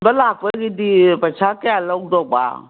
ꯁꯤꯗ ꯂꯥꯛꯄꯒꯤꯗꯤ ꯄꯩꯁꯥ ꯀꯌꯥ ꯂꯧꯗꯧꯕ